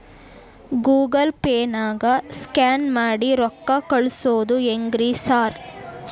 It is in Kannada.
ಗೂಗಲ್ ಪೇನಾಗ ಸ್ಕ್ಯಾನ್ ಮಾಡಿ ರೊಕ್ಕಾ ಕಳ್ಸೊದು ಹೆಂಗ್ರಿ ಸಾರ್?